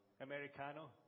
americano